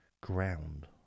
ground